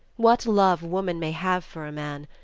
what love woman may have for a man.